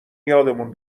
یادمون